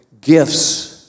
gifts